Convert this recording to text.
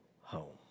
home